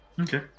Okay